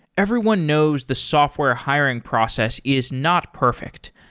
everyone knows the software hiring process is not perfect.